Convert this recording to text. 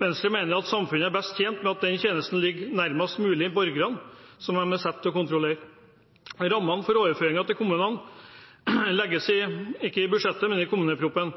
Venstre mener samfunnet er best tjent med at denne tjenesten ligger nærmest mulig borgerne den er satt til å kontrollere. Rammene for overføringer til kommunene legges ikke i budsjettet, men i kommuneproposisjonen.